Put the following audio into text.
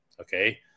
okay